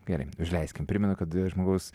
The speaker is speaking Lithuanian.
gerai užleiskim primenu kad laidoje žmogaus